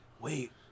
Wait